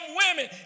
women